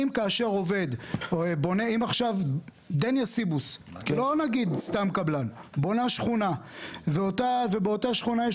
אם עכשיו ׳דניה סיבוס׳ בונה שכונה ובאותה שכונה יש